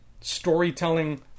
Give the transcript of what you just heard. storytelling